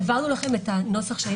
העברנו לכם את הנוסח.